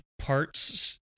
parts